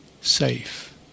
safe